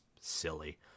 silly